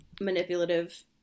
manipulative